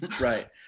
Right